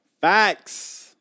Facts